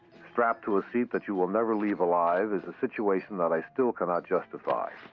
strapped to a seat that you will never leave alive is a situation that i still cannot justify.